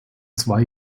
zwei